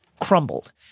crumbled